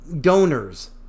donors